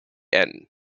end